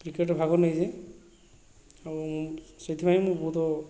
କ୍ରିକେଟ୍ରେ ଭାଗ ନେଇଛି ଆଉ ସେଥିପାଇଁ ମୁଁ ବହୁତ